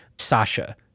Sasha